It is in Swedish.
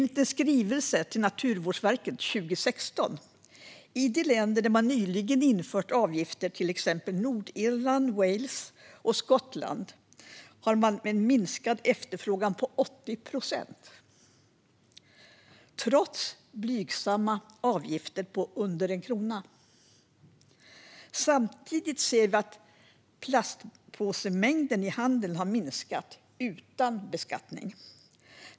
I en skrivelse från Naturvårdsverket från 2016 framgår följande: "I länder där man nyligen infört avgifter, till exempel på Nordirland, Wales och Skottland, har man sett en minskad efterfrågan runt 80 procent, trots blygsamma avgifter på motsvarande under en krona." Samtidigt ser vi att mängden plastpåsar i handeln har minskat utan beskattning.